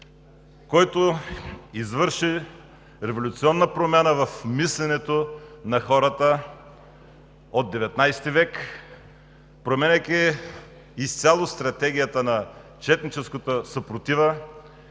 който извърши революционна промяна в мисленето на хората от 19-и век, променяйки изцяло стратегията на четническата съпротива